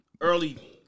early